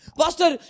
pastor